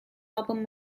album